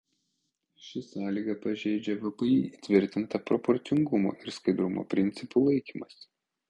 ši sąlyga pažeidžia vpį įtvirtintą proporcingumo ir skaidrumo principų laikymąsi